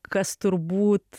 kas turbūt